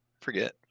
Forget